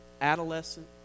adolescent